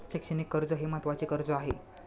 शैक्षणिक कर्ज हे महत्त्वाचे कर्ज आहे